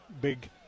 big